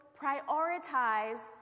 prioritize